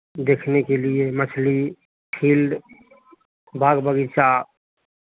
देखने के लिए मछली फील्ड बाग बगीचा